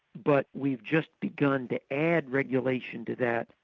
but we've just begun to add regulation to that,